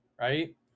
right